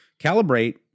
Calibrate